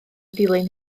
dilyn